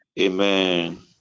amen